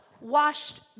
washed